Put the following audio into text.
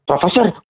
Professor